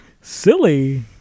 Silly